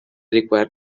require